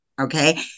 Okay